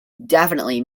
definitely